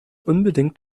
unbedingt